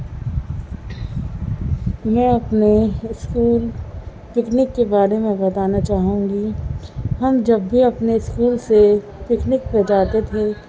میں اپنے school picnic کے بارے میں بتانا چاہوں گی ہم جب بھی اپنے اسکول سے پکنک پہ جاتے تھے